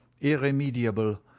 irremediable